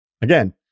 again